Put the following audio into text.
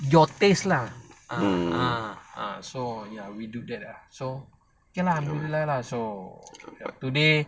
your tastes lah ah ah so ya we do that lah alhamdulillah lah so today